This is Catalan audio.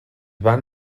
van